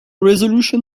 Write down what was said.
resolution